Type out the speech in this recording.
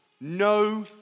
No